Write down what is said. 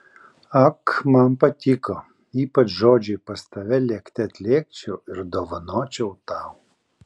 ak man patiko ypač žodžiai pas tave lėkte atlėkčiau ir dovanočiau tau